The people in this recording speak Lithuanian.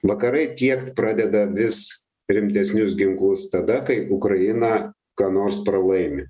vakarai tiekt pradeda vis rimtesnius ginklus tada kai ukraina ką nors pralaimi